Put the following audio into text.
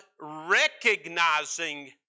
recognizing